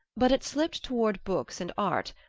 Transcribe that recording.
but it slipped toward books and art,